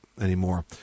anymore